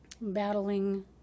battling